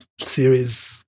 series